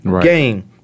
game